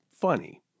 Funny